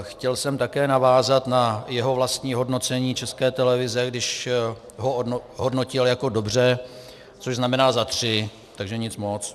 Chtěl jsem také navázat na jeho vlastní hodnocení České televize, když ho hodnotil jako dobře, což znamená za tři, takže nic moc.